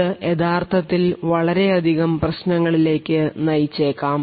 ഇത് യഥാർത്ഥത്തിൽ വളരെയധികം പ്രശ്നങ്ങളിലേക്ക് നയിച്ചേക്കാം